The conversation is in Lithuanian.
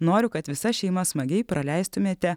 noriu kad visa šeima smagiai praleistumėte